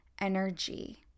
energy